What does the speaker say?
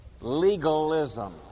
legalism